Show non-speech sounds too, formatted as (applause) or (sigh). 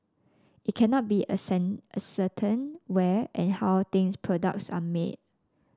it cannot be (unintelligible) ascertained where and how these products are made